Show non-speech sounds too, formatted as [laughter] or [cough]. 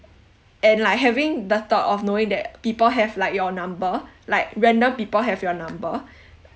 and like having the thought of knowing that people have like your number [breath] like random people have your number [breath]